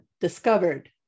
discovered